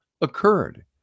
occurred